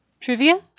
Trivia